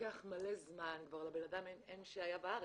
לוקח מלא זמן, ולבנאדם אין שהיה בארץ.